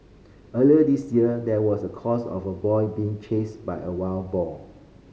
earlier this year there was a case of a boy being chased by a wild boar